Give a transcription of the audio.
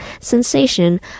sensation